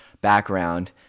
background